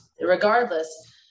regardless